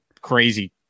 crazy